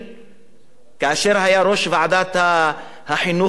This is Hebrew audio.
כאשר ראש ועדת החינוך בכנסת היה אלכס מילר.